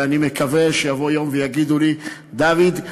ואני מקווה שיבוא יום ויגידו לי: דוד,